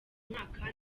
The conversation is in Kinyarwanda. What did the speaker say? mwaka